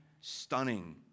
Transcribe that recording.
stunning